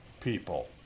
people